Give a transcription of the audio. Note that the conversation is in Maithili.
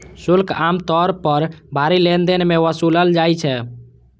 शुल्क आम तौर पर भारी लेनदेन मे वसूलल जाइ छै